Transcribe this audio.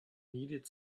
needed